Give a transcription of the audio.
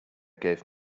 gave